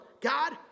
God